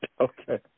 Okay